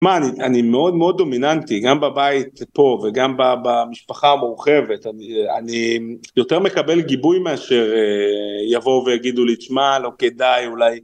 מה, אני מאוד מאוד דומיננטי, גם בבית פה וגם במשפחה המורחבת, אני יותר מקבל גיבוי מאשר יבואו ויגידו לי, תשמע, לא כדאי, אולי...